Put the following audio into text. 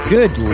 Good